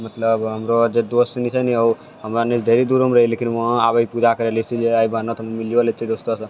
मतलब हमरो अरी जे दोस्त छनि छै ने हमे से ढ़ेरी दूरे रहै है लेकिन वहाँ आबै पूजा करै लए इसीलिए ओना तऽ मिलयो लै छी दोस्तोसँ